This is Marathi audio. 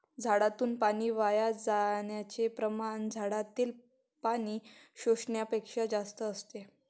झाडातून पाणी वाया जाण्याचे प्रमाण झाडातील पाणी शोषण्यापेक्षा जास्त असते